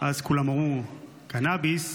אז כולם אמרו: קנביס,